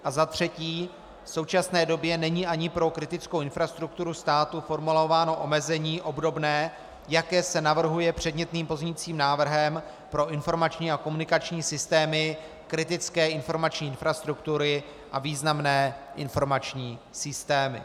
A za třetí, v současné době není ani pro kritickou infrastrukturu státu formulováno omezení obdobné, jaké se navrhuje předmětným pozměňujícím návrhem pro informační a komunikační systémy kritické informační infrastruktury a významné informační systémy.